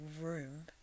room